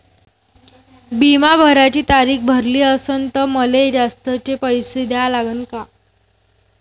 बिमा भराची तारीख भरली असनं त मले जास्तचे पैसे द्या लागन का?